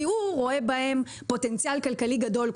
כי הוא רואה בהם פוטנציאל כלכלי גדול,